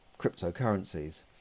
Cryptocurrencies